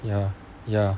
ya ya